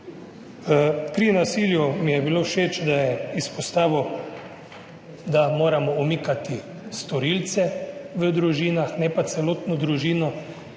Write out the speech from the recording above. Pri nasilju mi je bilo všeč, da je izpostavil, da moramo umikati storilce v družinah, ne pa celotne družine